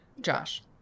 Josh